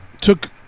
took